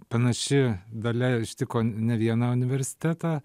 panaši dalia ištiko n ne vieną universitetą